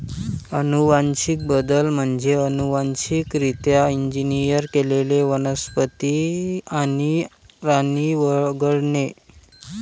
अनुवांशिक बदल म्हणजे अनुवांशिकरित्या इंजिनियर केलेले वनस्पती आणि प्राणी वगळणे